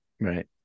right